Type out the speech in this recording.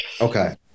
okay